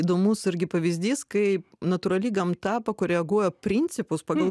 įdomus irgi pavyzdys kai natūrali gamta pakoreguoja principus pagal